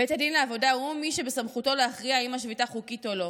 בית הדין לעבודה הוא מי שבסמכותו להכריע אם השביתה חוקית או לא.